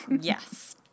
Yes